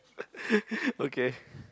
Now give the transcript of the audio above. okay